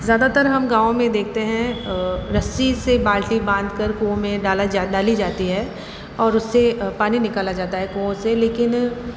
ज़्यादातर हम गाँव देखते हैं रस्सी से बाल्टी बांध कर कुओं में डाला जाता डाली जाती है और उससे पानी निकाला जाता है कुओं से लेकिन